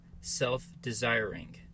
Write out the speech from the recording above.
self-desiring